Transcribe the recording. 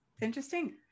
interesting